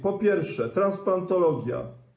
Po pierwsze, transplantologia.